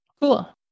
Cool